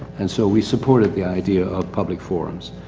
and so we supported the idea of public forums.